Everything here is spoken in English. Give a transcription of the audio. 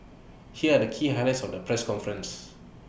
here are the key highlights of the press conference